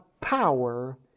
power